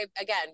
again